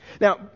Now